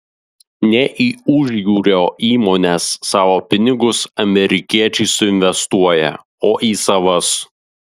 ne į užjūrio įmones savo pinigus amerikiečiai suinvestuoja o į savas